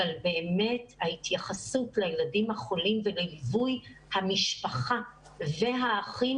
אבל באמת ההתייחסות לילדים החולים ולליווי המשפחה והאחים